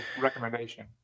recommendation